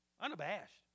Unabashed